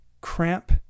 cramp